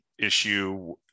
issue